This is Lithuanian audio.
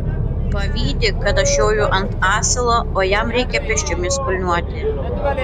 pavydi kad aš joju ant asilo o jam reikia pėsčiomis kulniuoti